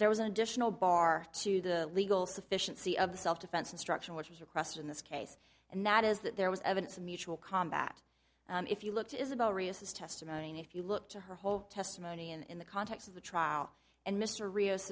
there was an additional bar to the legal sufficiency of the self defense instruction which was across in this case and that is that there was evidence of mutual combat if you looked at is about reus is testimony and if you look to her whole testimony in the context of the trial and mr rios